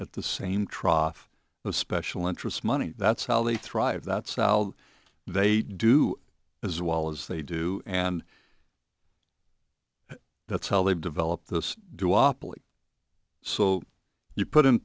at the same trough of special interest money that's how they thrive that's how they do as well as they do and that's how they've developed this so you put in